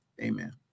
Amen